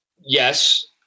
Yes